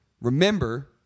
remember